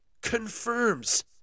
confirms